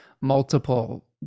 multiple